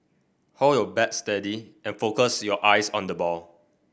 hold your bat steady and focus your eyes on the ball